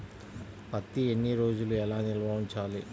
పత్తి ఎన్ని రోజులు ఎలా నిల్వ ఉంచాలి?